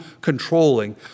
controlling